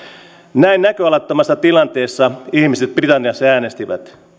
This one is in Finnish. näin näköalattomassa tilanteessa ihmiset britanniassa äänestivät